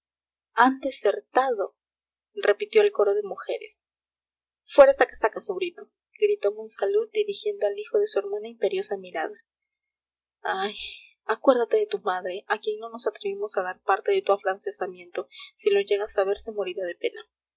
han desertado repitió el coro de mujeres fuera esa casaca sobrino gritó monsalud dirigiendo al hijo de su hermana imperiosa mirada ay acuérdate de tu madre a quien no nos atrevimos a dar parte de tu afrancesamiento si lo llega a saber se morirá de pena